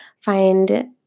find